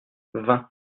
vingt